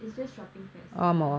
is just shopping festival